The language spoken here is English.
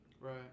Right